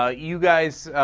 ah you guys